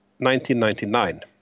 1999